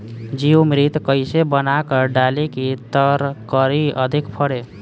जीवमृत कईसे बनाकर डाली की तरकरी अधिक फरे?